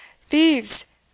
Thieves